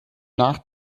nach